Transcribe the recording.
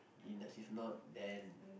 in as if not then